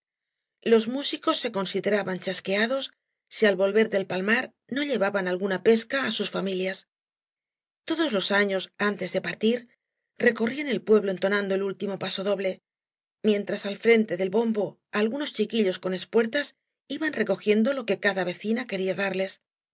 los múdeos be consideraban chasqueados si al volver del pal mar no llevaban alguna pesca á sus familias todos ios años antea de partir recorrían el pueblo entonando el último pasodoble mientras al frente del bombo alguaoa chiquillos con espuertas iban recogiendo lo que cada vecina quería darles